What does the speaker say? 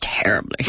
terribly